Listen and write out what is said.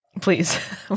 please